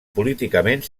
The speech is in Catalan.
políticament